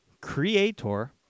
creator